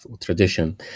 tradition